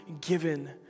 given